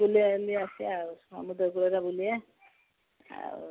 ବୁଲିବା ବୁଲି ଆସିବା ଆଉ ସମୁଦ୍ର କୂଳରେ ବୁଲିବା ଆଉ